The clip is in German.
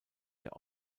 der